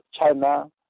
China